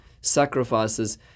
sacrifices